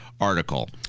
article